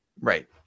Right